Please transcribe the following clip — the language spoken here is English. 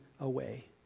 away